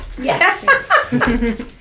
Yes